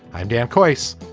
i'm dan coifs.